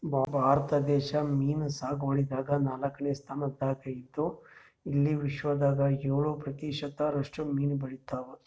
ಭಾರತ ದೇಶ್ ಮೀನ್ ಸಾಗುವಳಿದಾಗ್ ನಾಲ್ಕನೇ ಸ್ತಾನ್ದಾಗ್ ಇದ್ದ್ ಇಲ್ಲಿ ವಿಶ್ವದಾಗ್ ಏಳ್ ಪ್ರತಿಷತ್ ರಷ್ಟು ಮೀನ್ ಬೆಳಿತಾವ್